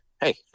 hey